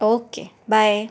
okay bye